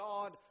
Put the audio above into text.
God